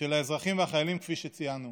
של האזרחים והחיילים, כפי שציינו,